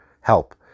help